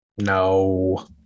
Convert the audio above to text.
No